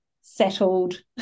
settled